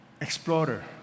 explorer